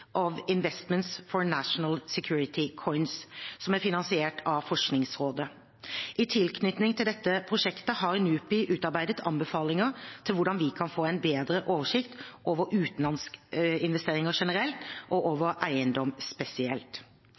Investments for National Security, COINS, som er finansiert av Forskningsrådet. I tilknytning til dette prosjektet har NUPI utarbeidet anbefalinger til hvordan vi kan få bedre oversikt over utenlandsinvesteringer generelt, og over eiendom spesielt.